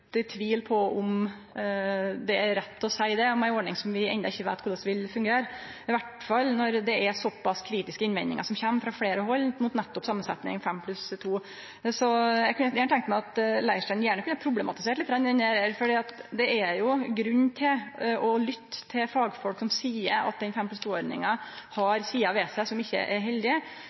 litt i tvil om det er rett å seie det om ei ordning som vi enno ikkje veit korleis vil fungere, iallfall når det er såpass sterke innvendingar som kjem frå fleire hald mot nettopp samansetjinga fem pluss to. Eg kunne gjerne tenkje meg at Leirstein problematiserte dette litt, for det er jo grunn til å lytte til fagfolk som seier at fem pluss to-ordninga har sider ved seg som ikkje er heldige.